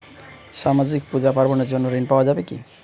সামাজিক পূজা পার্বণ এর জন্য ঋণ পাওয়া যাবে কি?